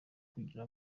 kugira